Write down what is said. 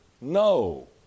no